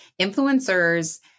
influencers